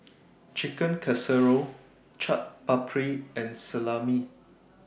Chicken Casserole Chaat Papri and Salami